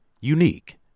Unique